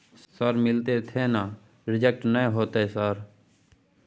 Sir मिलते थे ना रिजेक्ट नय होतय सर?